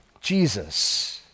Jesus